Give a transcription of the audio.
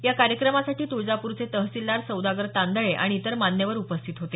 या कार्यक्रमासाठी तुळजापूरचे तहसीलदार सौदागर तांदळे आणि इतर मान्यवर उपस्थित होते